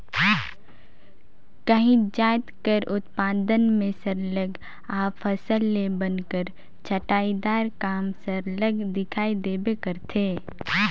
काहींच जाएत कर उत्पादन में सरलग अफसल ले बन कर छंटई दार काम सरलग दिखई देबे करथे